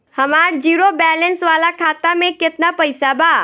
हमार zero balance वाला खाता में केतना पईसा बा?